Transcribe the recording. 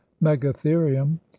megatherium